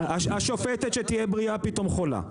השופטת שתהיה בריאה פתאום חולה,